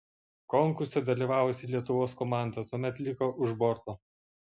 konkurse dalyvavusi lietuvos komanda tuomet liko už borto